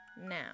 now